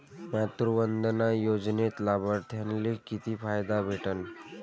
मातृवंदना योजनेत लाभार्थ्याले किती फायदा भेटन?